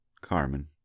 Carmen